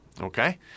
Okay